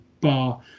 Bar